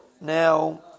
Now